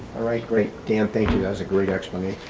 right, great. dan, thank you. that was a great explanation.